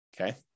okay